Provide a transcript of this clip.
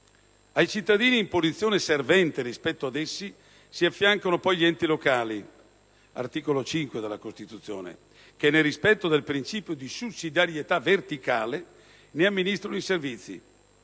Ai cittadini, in posizione servente rispetto ad essi, si affiancano poi gli enti locali, ex articolo 5 della Costituzione, che, nel rispetto del principio di sussidiarietà verticale, ne amministrano i servizi.